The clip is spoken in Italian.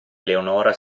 eleonora